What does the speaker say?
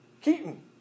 Keaton